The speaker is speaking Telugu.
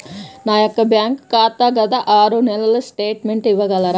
నా యొక్క బ్యాంక్ ఖాతా గత ఆరు నెలల స్టేట్మెంట్ ఇవ్వగలరా?